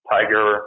Tiger